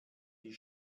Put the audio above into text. die